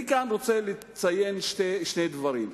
אני רוצה לציין שני דברים.